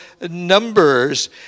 numbers